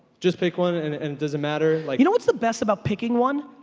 just pick one and it and doesn't matter? like you know what's the best about picking one?